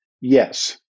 yes